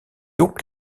donc